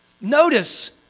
Notice